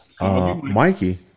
Mikey